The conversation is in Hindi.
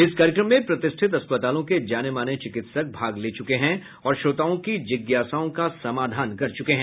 इस कार्यक्रम में प्रतिष्ठित अस्पतालों के जाने माने चिकित्सक भाग ले चुके हैं और श्रोताओं की जिज्ञासाओं का समाधान कर चुके हैं